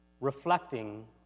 reflecting